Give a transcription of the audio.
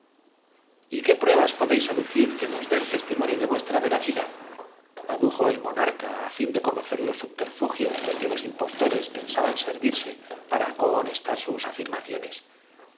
qué pruebas podéis aducir que nos dén testi el dedo sobre unos caracteres chinos que por los ador monio de vuestra veracidad adujo el monarca á fin nos corrían de conocer los subterfugios de que los impostores pen lee aquíañadió saban servirse para el atribulado viajero dió un paso atrás producido cohonestar sus afirmaciones